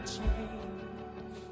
change